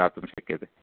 दातुं शक्यते